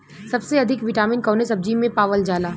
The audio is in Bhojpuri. सबसे अधिक विटामिन कवने सब्जी में पावल जाला?